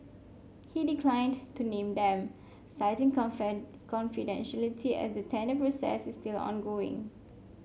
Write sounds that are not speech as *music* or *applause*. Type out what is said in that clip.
he declined to name them citing *unintelligible* confidentiality as the tender process is still ongoing